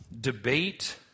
debate